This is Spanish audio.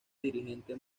dirigente